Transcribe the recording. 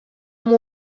amb